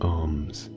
arms